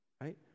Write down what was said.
right